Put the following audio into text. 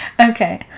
Okay